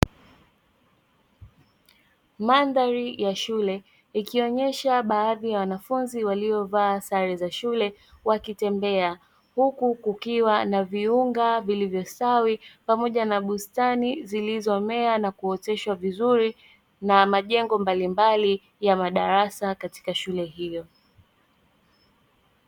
Mandhari ya shule ikionyesha baadhi ya wanafunzi waliovaa sare za shule wakitembea huku kukiwa na viunga vilivyostawi pamoja na bustani zilizo mea na kuoteshwa vizuri na majengo mbalimbali ya madarasa katika shule hiyo.